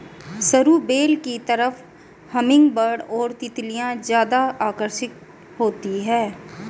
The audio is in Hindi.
सरू बेल की तरफ हमिंगबर्ड और तितलियां ज्यादा आकर्षित होती हैं